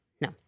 no